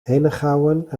henegouwen